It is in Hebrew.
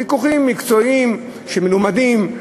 ויכוחים מקצועיים של מלומדים,